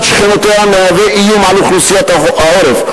שכנותיה מהווים איום על אוכלוסיית העורף,